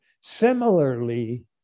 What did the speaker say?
similarly